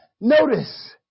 Notice